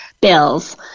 bills